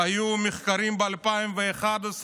היו מחקרים ב-2011,